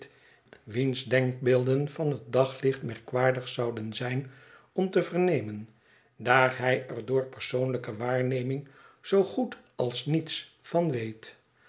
wiens denkbeelden van het daglicht merkwaardig zouden zijn om te vernemen daar hij er door persoonlijke waarneming zoo goed als niets van weet